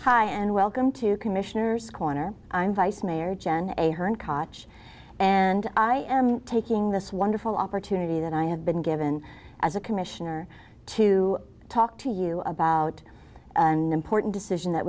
hi and welcome to commissioners corner i'm vice mayor jen a her and cotch and i am taking this wonderful opportunity that i have been given as a commissioner to talk to you about and important decision that